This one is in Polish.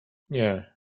nie